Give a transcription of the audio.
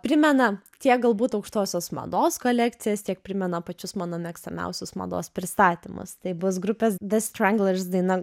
primena tiek galbūt aukštosios mados kolekcijas tiek primena pačius mano mėgstamiausius mados pristatymus tai bus grupės the stranglers daina